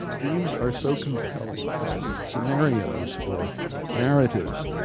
dreams are so compelling as scenarios or narratives,